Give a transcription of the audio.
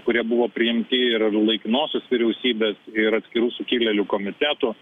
kurie buvo priimti ir laikinosios vyriausybės ir atskirų sukilėlių komitetų